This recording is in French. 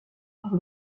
par